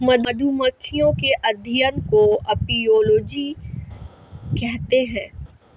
मधुमक्खियों के अध्ययन को अपियोलोजी कहते हैं